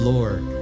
Lord